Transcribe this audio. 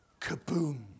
Kaboom